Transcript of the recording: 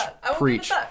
Preach